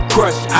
Crush